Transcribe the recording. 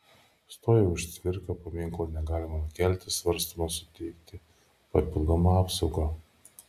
stojo už cvirką paminklo negalima nukelti svarstoma suteikti papildomą apsaugą